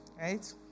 Right